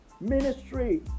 ministry